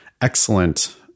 excellent